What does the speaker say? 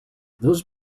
those